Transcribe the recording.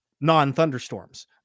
non-thunderstorms